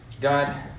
God